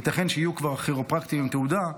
ייתכן שיהיו כבר כירופרקטים עם תעודה,